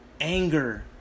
anger